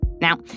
Now